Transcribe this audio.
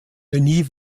genie